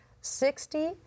Sixty-